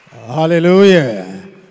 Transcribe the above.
Hallelujah